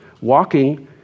walking